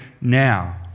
now